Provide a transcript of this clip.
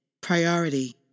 Priority